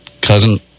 cousin